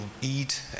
eat